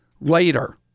later